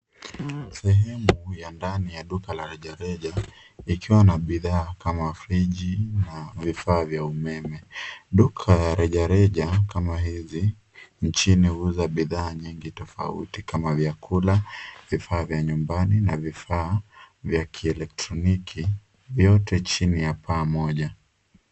Sehemu ya ndani ya duka la rejereja, ikiwa na bidhaa kama friji, na vifaa vya umeme. Duka ya rejareja kama mjini huuza bidhaa nyingi tofauti kama vyakula, vifaa vya nyumbani, na vifaa vya kieletroniki, vyote chini ya paa moja.